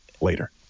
later